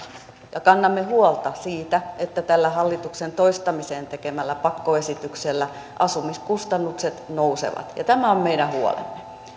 ja kannamme huolta siitä että tällä hallituksen toistamiseen tekemällä pakkoesityksellä asumiskustannukset nousevat tämä on meidän huolemme